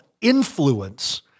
influence